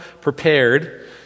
prepared